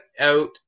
out